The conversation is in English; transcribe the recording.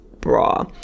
bra